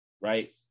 right